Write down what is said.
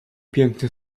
piękny